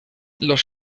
los